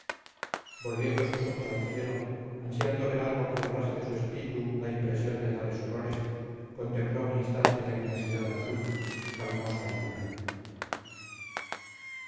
volviendo sus ojos al cielo ansiando ver algo que borrase de su espíritu la impresión de tales horrores contempló un instante la inmensidad azul calmosa y pura